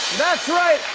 that's right.